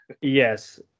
Yes